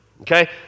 Okay